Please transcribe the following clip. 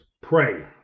Pray